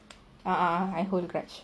ah ah I hold grudge